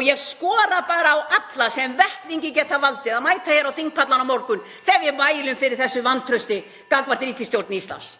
og ég skora á alla sem vettlingi geta valdið að mæta á þingpallana á morgun þegar ég mæli fyrir þessu vantrausti gagnvart ríkisstjórn Íslands.